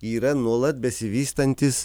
yra nuolat besivystantis